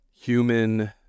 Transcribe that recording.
human